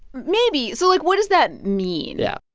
maybe. so, like, what does that mean? yeah,